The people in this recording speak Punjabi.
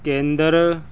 ਕੇਂਦਰ